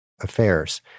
affairs